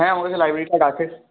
হ্যাঁ আমার কাছে লাইব্রেরি কার্ড আছে